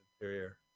interior